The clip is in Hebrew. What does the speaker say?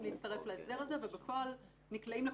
להצטרף להסדר הזה ובפועל הם נקלעים לחובות,